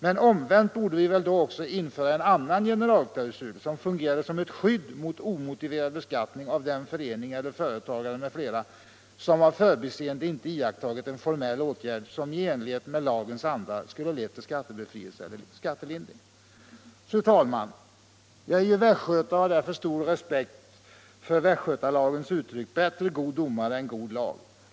Men omvänt borde vi väl då också införa en annan generalklausul, som fungerade som ett skydd mot omotiverad beskattning av en förening eller företagare som av förbiseende icke iakttagit en formell åtgärd som i enlighet med lagens anda skulle ha lett till skattebefrielse eller skattelindring. Fru talman! Jag är ju västgöte och har därför stor respekt för västgötalagens uttryck ”bättre god domare än god lag”.